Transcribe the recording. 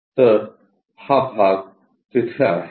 तर हा भाग तिथे आहे